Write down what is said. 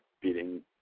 beating